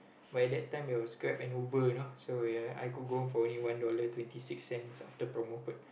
but at that time it was Grab and Uber you know so ya I could go home for only one dollar twenty six cents after promo code